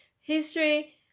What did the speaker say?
history